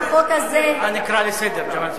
לפה.) אתה נקרא לסדר, ג'מאל זחאלקה.